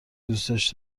دوسش